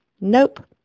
Nope